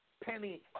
penny